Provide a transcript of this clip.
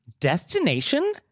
destination